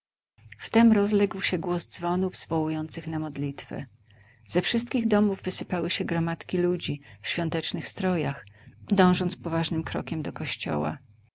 dziwy wtem rozległ się głos dzwonów zwołujących na modlitwę ze wszystkich domów wysypały się gromadki ludzi w świątecznych strojach dążąc poważnym krokiem do kościoła